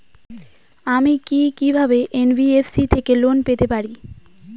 আমি কি কিভাবে এন.বি.এফ.সি থেকে লোন পেতে পারি?